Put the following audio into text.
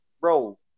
bro